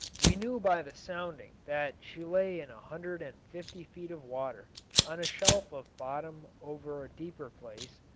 we knew by the sounding that she lay in a hundred and fifty feet of water on a shelf of bottom over a deeper place,